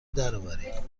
درآورید